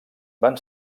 van